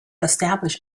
establish